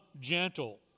gentle